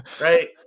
right